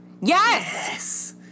yes